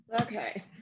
okay